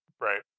Right